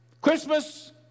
Christmas